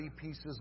pieces